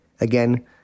Again